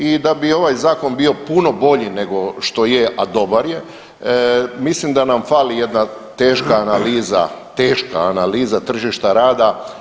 I da bi ovaj Zakon bio puno bolji nego što je a dobar je, mislim da nam fali jedna teška analiza, teška analiza tržišta rada.